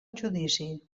judici